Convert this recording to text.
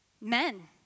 Men